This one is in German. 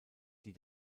die